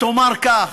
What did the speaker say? תאמר כך.